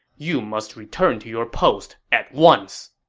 you must return to your post at once.